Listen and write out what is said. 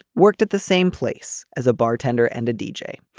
worked at the same place as a bartender and a deejay.